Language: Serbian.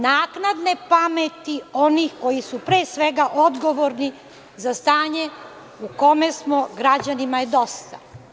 Naknadne pameti, onih koji su, pre svega, odgovorni za stanje u kome smo, građanima je dosta.